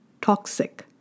toxic